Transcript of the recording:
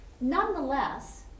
Nonetheless